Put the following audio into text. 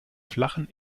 flachen